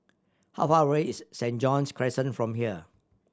how far away is Saint John's Crescent from here